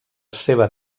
seva